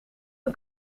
een